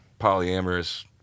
polyamorous